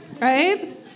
Right